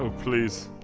ah please.